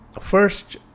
first